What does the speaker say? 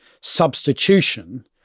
substitution